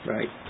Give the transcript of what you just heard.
Right